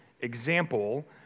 example